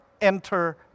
enter